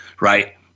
right